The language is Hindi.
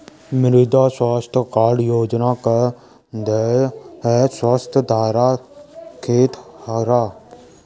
मृदा स्वास्थ्य कार्ड योजना का ध्येय है स्वस्थ धरा, खेत हरा